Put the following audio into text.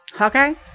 Okay